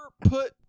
put